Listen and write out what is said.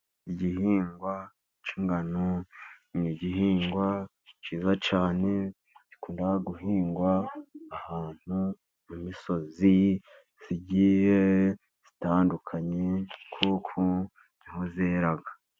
Igihingwa cy'ingano ni igihingwa cyiza cyane, gikunda guhingwa ahantu mu misozi igiye itandukanye, kuko niho zera.